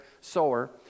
sower